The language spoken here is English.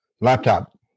laptop